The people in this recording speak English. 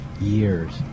years